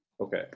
Okay